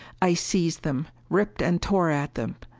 i seized them, ripped and tore at them.